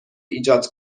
ایجاد